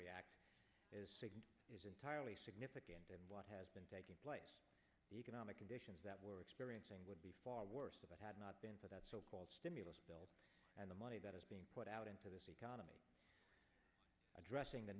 act is entirely significant and what has been taking place the economic conditions that we're experiencing would be far worse if i had not been for that so called stimulus bill and the money that is being put out into the economy addressing the